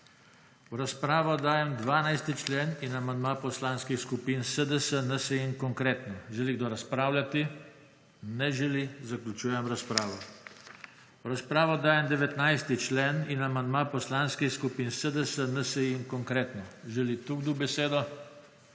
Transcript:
V razpravo dajem 12. člen in amandma Poslanskih skupin SDS, NSi in Konkretno. Želi kdo razpravljat? Ne želi. Zaključujem razpravo. V razpravo dajem 19. člen in amandma Poslanskih skupin SDS, NSi in Konkretno. Želi tukaj do besedo?